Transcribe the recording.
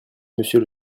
monsieur